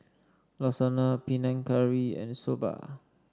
Lasagna Panang Curry and Soba